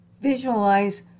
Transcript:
Visualize